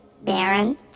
Baron